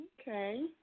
Okay